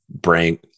bring